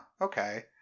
okay